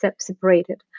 separated